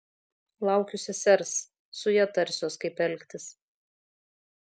laukiu sesers su ja tarsiuos kaip elgtis